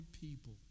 people